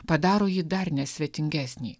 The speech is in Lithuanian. padaro jį dar nesvetingesnį